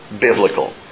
biblical